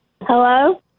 Hello